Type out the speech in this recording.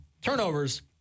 turnovers